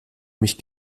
mich